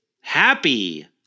happy